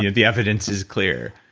yeah the evidence is clear.